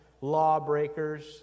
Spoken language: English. lawbreakers